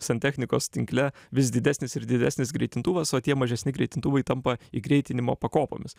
santechnikos tinkle vis didesnis ir didesnis greitintuvas o tie mažesni greitintuvai tampa įgreitinimo pakopomis